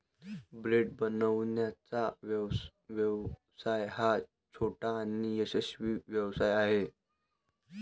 bread बनवण्याचा व्यवसाय हा छोटा आणि यशस्वी व्यवसाय आहे